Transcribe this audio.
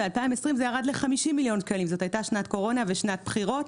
וב-2020 זה ירד ל-50 מיליון ₪ זו הייתה שנת קורונה ושנת בחירות,